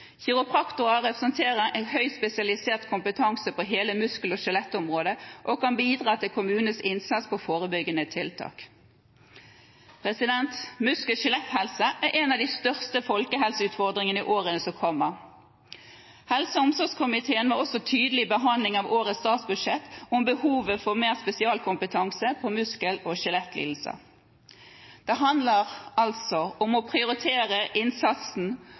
Kiropraktorer representerer en høyt spesialisert kompetanse på hele muskel- og skjelettområdet og kan bidra i kommunenes innsats på forebyggende tiltak. Muskel- og skjeletthelse er en av de største folkehelseutfordringene i årene som kommer. Helse- og omsorgskomiteen var også tydelig i behandlingen av årets statsbudsjett om behovet for mer spesialkompetanse på muskel- og skjelettlidelser. Det handler om å prioritere innsatsen